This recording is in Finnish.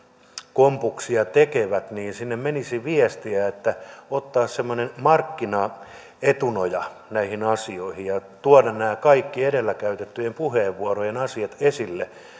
kompuksia tekevät menisi viestiä että otettaisiin semmoinen markkinaetunoja näihin asioihin ja tuotaisiin nämä kaikki edellä käytettyjen puheenvuorojen asiat esille